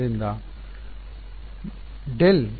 ಆದ್ದರಿಂದ ∇